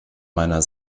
meiner